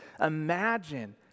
imagine